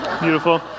Beautiful